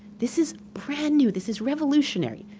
this is brand new. this is revolutionary.